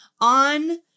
on